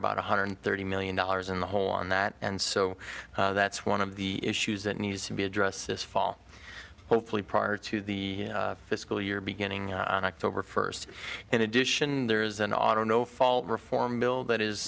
about one hundred thirty million dollars in the hole on that and so that's one of the issues that needs to be addressed this fall hopefully prior to the fiscal year beginning on october first in addition there is an auto no fault reform bill that is